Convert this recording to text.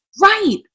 Right